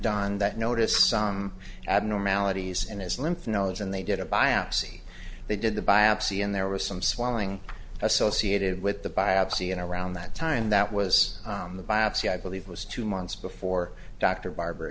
done that noticed some abnormalities in his lymph nodes and they did a biopsy they did the biopsy and there was some swelling associated with the biopsy and around that time that was the biopsy i believe was two months before dr barb